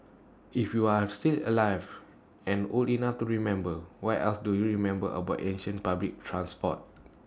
if you're still alive and old enough to remember what else do you remember about ancient public transport